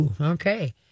Okay